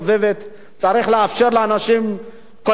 קודם כול להפסיק את הדלת המסתובבת,